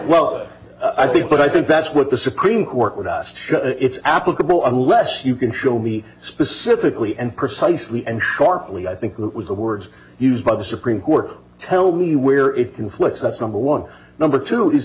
well i think but i think that's what the supreme court without it's applicable unless you can show me specifically and precisely and sharply i think it was the words used by the supreme court tell me where it conflicts that's number one number two is